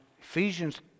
Ephesians